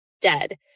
dead